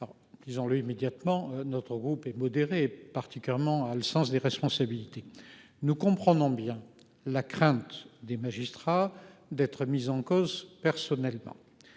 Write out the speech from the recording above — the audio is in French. disons-le immédiatement. Notre groupe est modérés particulièrement a le sens des responsabilités. Nous comprenons bien la crainte des magistrats d'être mis en cause personnellement.